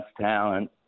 talent